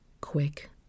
quick